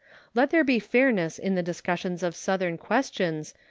let there be fairness in the discussion of southern questions,